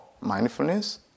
mindfulness